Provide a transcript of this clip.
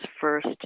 first